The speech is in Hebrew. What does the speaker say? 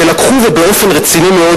שבאופן רציני מאוד,